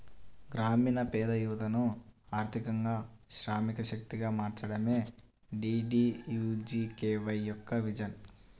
గ్రామీణ పేద యువతను ఆర్థికంగా శ్రామిక శక్తిగా మార్చడమే డీడీయూజీకేవై యొక్క విజన్